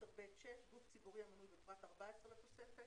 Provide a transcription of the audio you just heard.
גוף ציבורי המנוי בפרט (14) לתוספת,